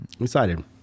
excited